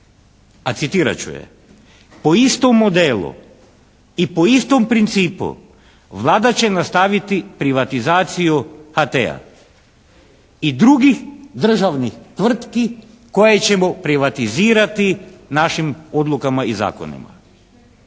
A citirat ću je: "Po istom modelu i po istom principu Vlada će nastaviti privatizaciju HT-a i drugih državnih tvrtki koje ćemo privatizirati našim odlukama i zakonima."